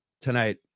tonight